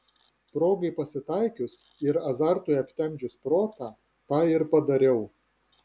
progai pasitaikius ir azartui aptemdžius protą tą ir padariau